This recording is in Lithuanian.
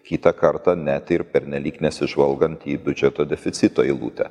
kitą kartą net ir pernelyg nesižvalgant į biudžeto deficito eilutę